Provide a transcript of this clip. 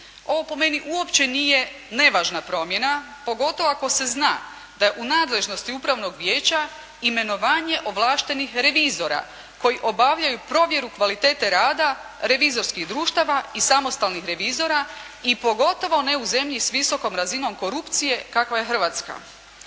Ovo po meni uopće nije nevažna promjena pogotovo ako se zna da u nadležnosti upravnog vijeća imenovanje ovlaštenih revizora koji obavljaju provjeru kvalitete rada revizorskih društava i samostalnih revizora i pogotovo ne u zemlji s visokom razinom korupcije, kakva je Hrvatska.